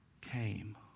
came